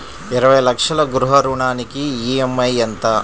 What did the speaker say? ఇరవై లక్షల గృహ రుణానికి ఈ.ఎం.ఐ ఎంత?